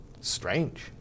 strange